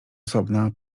osobna